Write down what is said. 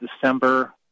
December